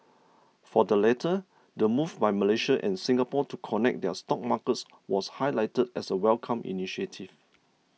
for the latter the move by Malaysia and Singapore to connect their stock markets was highlighted as a welcomed initiative